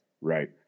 right